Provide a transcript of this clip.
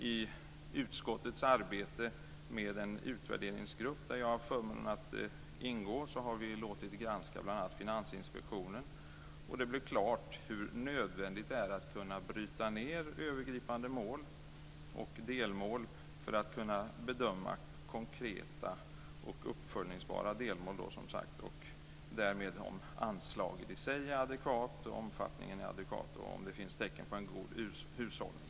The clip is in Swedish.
I utskottets arbete med en utvärderingsgrupp där jag har haft förmånen att ingå har vi låtit granska bl.a. Finansinspektionen. Det blev klart hur nödvändigt det är att kunna bryta ned övergripande mål och delmål för att kunna bedöma konkreta och uppföljningsbara delmål, och därmed huruvida anslaget i sig är adekvat och omfattningen är adekvat och om det finns tecken på en god hushållning.